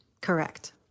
Correct